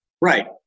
Right